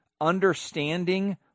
Understanding